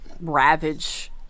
ravage